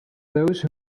those